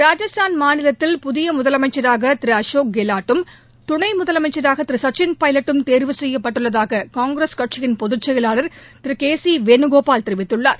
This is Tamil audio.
ராஜஸ்தான் மாநிலத்தில் புதிய முதலமைச்சராக அசோக் கெல்லாட்டும் துணை முதலமைச்சராக திரு சக்சின் பெவட்டும் தேர்வு செய்யப்பட்டுள்ளதாக காங்கிரஸ் கட்சியின் பொதுச் செயலாளர் திரு கே சி வேனுகோபால் தெரிவித்துள்ளார்